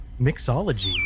mixology